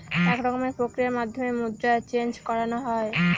এক রকমের প্রক্রিয়ার মাধ্যমে মুদ্রা চেন্জ করানো হয়